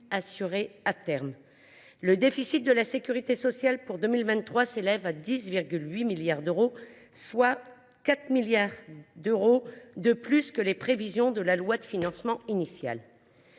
assuré à terme. » Le déficit de la sécurité sociale pour 2023 s’élève à 10,8 milliards d’euros, soit 4 milliards d’euros de plus que les prévisions de la loi de financement initiale.